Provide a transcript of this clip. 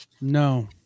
No